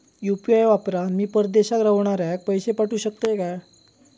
UPI वापरान मी परदेशाक रव्हनाऱ्याक पैशे पाठवु शकतय काय?